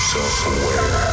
Self-aware